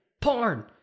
porn